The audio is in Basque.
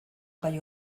gai